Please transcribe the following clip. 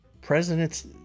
presidents